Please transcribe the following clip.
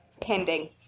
pending